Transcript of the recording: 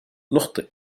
نخطئ